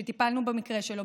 שטיפלנו במקרה שלו,